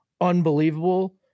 unbelievable